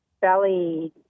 belly